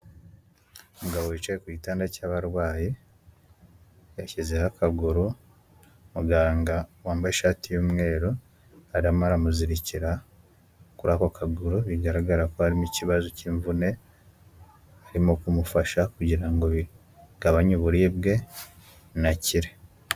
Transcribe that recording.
Umugabo yicaye ku gitanda cy'abarwayi, yashyizeho akaguru, muganga wambaye ishati y'umweru arimo aramuzirikira kuri ko kaguru, bigaragara ko harimo ikibazo cy'imvune, arimo kumufasha kugira ngo bigabanye uburibwe, anakire.